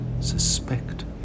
suspect